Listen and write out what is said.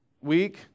week